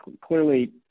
clearly